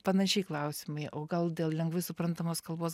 panašiai klausimai o gal dėl lengvai suprantamos kalbos